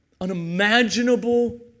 unimaginable